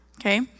okay